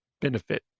benefit